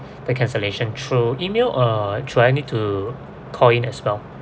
the cancellation through email or do I need to call in as well